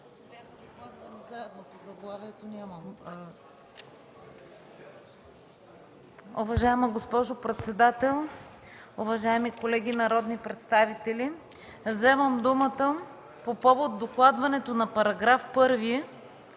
Уважаема госпожо председател, уважаеми колеги народни представители! Вземам думата по повод докладването на § 1